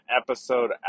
episode